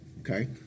Okay